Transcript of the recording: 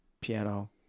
piano